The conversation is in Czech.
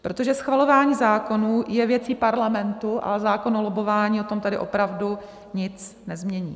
Protože schvalování zákonů je věcí Parlamentu a zákon o lobbování na tom tady opravdu nic nezmění.